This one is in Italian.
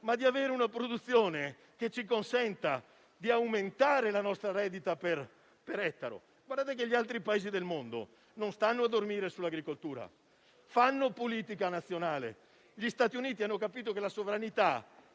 ma di avere una produzione tale da aumentare la nostra rendita per ettaro. Gli altri Paesi del mondo non stanno a dormire sull'agricoltura, fanno politica nazionale. Gli Stati Uniti hanno capito che il